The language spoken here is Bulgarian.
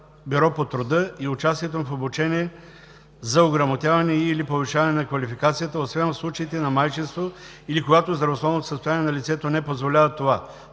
„Бюро по труда“, и участието им в обучение за ограмотяване и/или повишаване на квалификацията, освен в случаите на майчинство или когато здравословното състояние на лицето не позволява това;